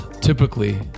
typically